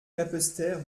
capesterre